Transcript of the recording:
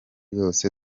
yose